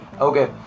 okay